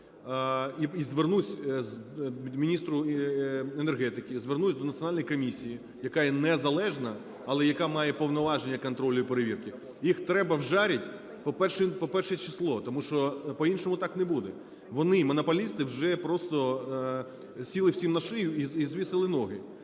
і звернусь до міністра енергетики, звернусь до національної комісії, яка є незалежна, але яка має повноваження контролю і перевірки. Їх треба "вжарить" по перше число. Тому що по-іншому так не буде. Вони, монополісти, вже просто сіли всім на шию і звісили ноги.